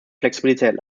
flexibilität